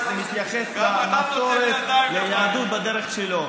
כל אחד מתייחס למסורת, ליהדות, בדרך שלו.